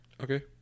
Okay